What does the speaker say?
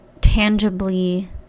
tangibly